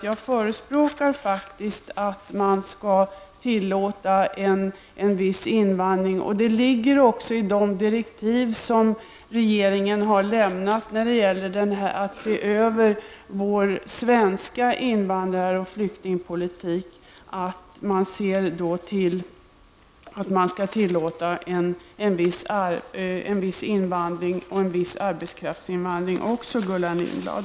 Jag förespråkar alltså att en viss invandring skall tillåtas. Det framgår också av de direktiv som regeringen har lämnat när det gäller att se över den svenska invandrar och flyktingpolitiken. En viss arbetskraftsinvandring skall också tillåtas, Gullan Lindblad.